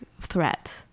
threat